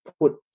put